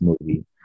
movie